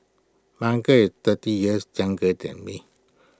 my uncle is thirty years younger than me